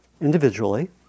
individually